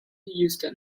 euston